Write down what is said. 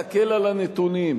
תסתכל עליו.